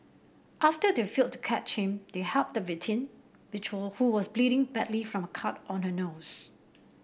after they failed to catch him they helped the victim who was bleeding badly from a cut on her nose